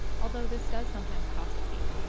although this does sometimes cost a fee.